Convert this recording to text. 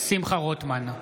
שמחה רוטמן,